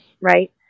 right